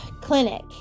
Clinic